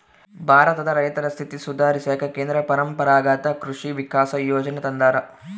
ಭಾರತದ ರೈತರ ಸ್ಥಿತಿ ಸುಧಾರಿಸಾಕ ಕೇಂದ್ರ ಪರಂಪರಾಗತ್ ಕೃಷಿ ವಿಕಾಸ ಯೋಜನೆ ತಂದಾರ